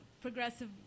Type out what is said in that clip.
progressive